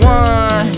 one